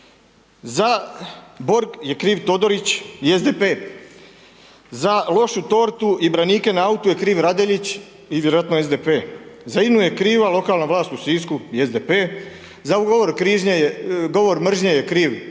Za BORG je kriv Todorić i SDP, za lošu tortu i branike na autu je kriv Radeljić i vjerojatno SDP, za INU je kriva lokalna vlast u Sisku i SDP, za govor mržnje je kriv